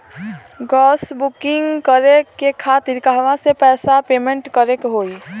Gas booking करे के खातिर कहवा से पैसा पेमेंट करे के होई?